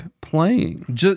playing